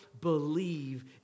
believe